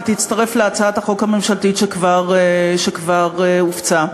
תצטרף להצעת החוק הממשלתית שכבר הופצה.